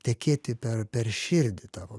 tekėti per per širdį tavo